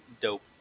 dope